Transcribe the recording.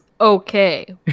okay